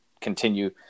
continue